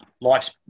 life's